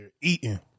eating